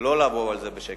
לא לעבור על זה בשקט.